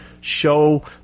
show